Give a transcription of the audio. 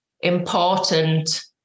important